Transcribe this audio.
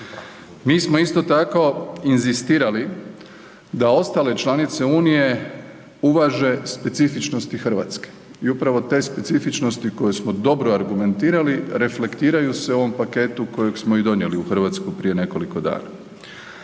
Mi smo isto tako inzistirali da ostale članice Unije važe specifičnosti Hrvatske. I upravo te specifičnosti koje smo dobro argumentirali reflektiraju se u ovom paketu kojeg smo i donijeli u Hrvatsku prije nekoliko dana.